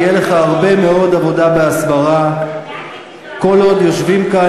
תהיה לך הרבה מאוד עבודה בהסברה כל עוד יושבים כאן